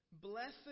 Blessed